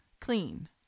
clean